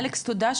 אלכס תודה.